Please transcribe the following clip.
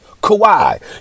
Kawhi